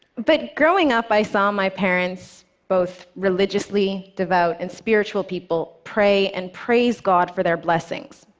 but growing up, i saw my parents, both religiously devout and spiritual people, pray and praise god for their blessings,